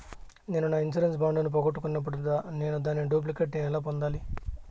నేను నా insurance bond ను పోగొట్టుకున్నప్పుడు నేను దాని డూప్లికేట్ ను ఎలా పొందాలి?